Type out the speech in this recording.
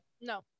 No